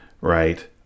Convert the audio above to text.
right